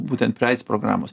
būtent prie aids programos